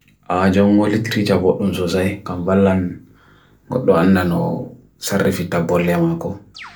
Ajwungo litiri jabotun sozai, kanbalan gotdo anna no sarifita bol yama ko.